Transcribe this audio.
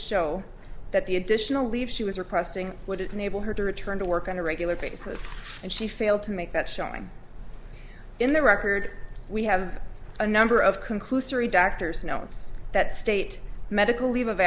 show that the additional leave she was requesting would enable her to return to work on a regular basis and she failed to make that showing in the record we have a number of conclusory doctor's notes that state medical leave of